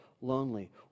lonely